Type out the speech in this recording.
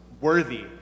worthy